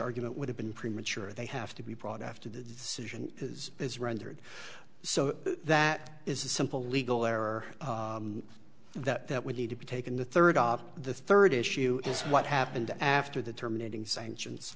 argument would have been premature they have to be brought after the decision is is rendered so that is a simple legal error that would need to be taken the third the third issue is what happened after the terminating sanctions